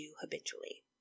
habitually